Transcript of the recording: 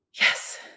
Yes